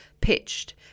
pitched